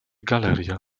galeria